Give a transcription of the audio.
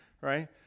right